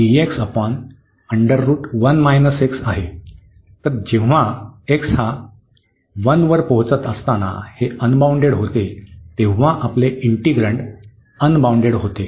तर जेव्हा x हा 1 वर पोहोचत असताना हे अनबाउंडेड होते तेव्हा आपले इन्टीग्रन्ड अनबाउंडेड होते